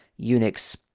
Unix